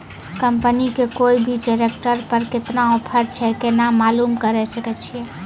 Company के कोय भी ट्रेक्टर पर केतना ऑफर छै केना मालूम करऽ सके छियै?